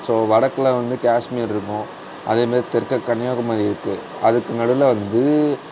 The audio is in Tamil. ஸோ வடக்கில் வந்து காஷ்மீர் இருக்கும் அதேமாரி தெற்கு கன்னியாகுமரி இருக்கு அதுக்கு நடுவில் வந்து